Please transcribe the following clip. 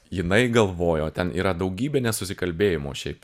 jinai galvojo ten yra daugybė nesusikalbėjimo šiaip